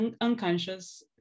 unconscious